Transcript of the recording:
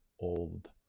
old